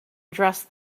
dressed